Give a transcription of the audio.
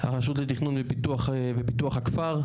הרשות לתכנון ופיתוח הכפר,